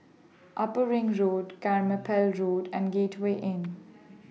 Upper Ring Road Carpmael Road and Gateway Inn